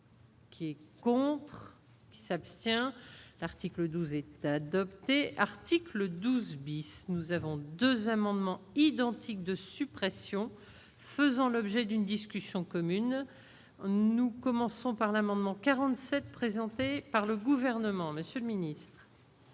Qui est con. Qui s'abstient, l'article 12 et d'adopter article 12 bis, nous avons 2 amendements identiques de suppression. Faisant l'objet d'une discussion commune nous commençons par l'amendement 47 présenté par le gouvernement met une mini.